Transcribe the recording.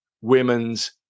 women's